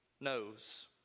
knows